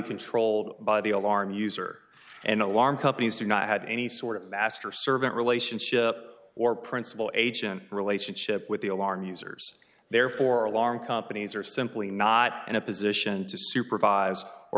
controlled by the alarm user and alarm companies do not have any sort of master servant relationship or principal agent relationship with the alarm users therefore alarm companies are simply not in a position to supervise or